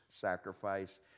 sacrifice